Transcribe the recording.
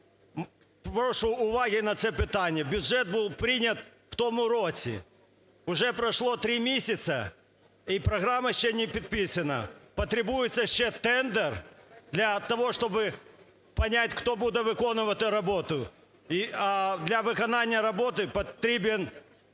Прошу уваги на це питання. Бюджет був прийнятий в тому році. Вже пройшло три місяці і програма ще не підписана. Потребується ще тендер для того, щоб понять, хто буде виконувати роботу. Для виконання роботи потрібен